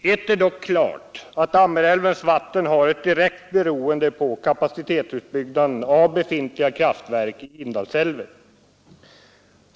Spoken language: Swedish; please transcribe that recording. Ett är dock klart, nämligen att Ammerälvens vatten är direkt beroende av kapacitetsutbyggnaden i befintliga kraftverk i Indalsälven.